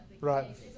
Right